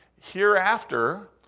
Hereafter